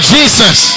Jesus